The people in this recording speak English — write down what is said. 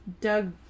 Doug